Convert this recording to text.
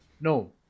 No